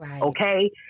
okay